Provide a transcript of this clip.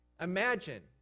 Imagine